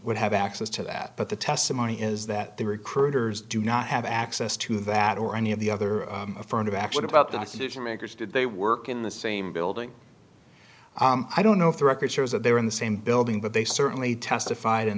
would have access to that but the testimony is that the recruiters do not have access to that or any of the other affirmative action about the decision makers did they work in the same building i don't know if the record shows that they were in the same building but they certainly testified and